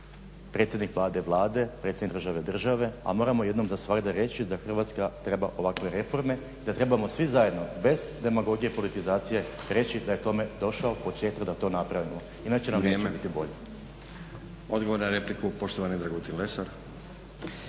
predsjednik Vlade Vlade, predsjednik države države, a moramo jednom za svagda reći da Hrvatska treba ovakve reforme, da trebamo svi zajedno bez demagogije i politizacije reći da je tome došao … da to napravimo, inače nam neće biti bolje. **Stazić, Nenad (SDP)** Odgovor na repliku, poštovani Dragutin Lesar.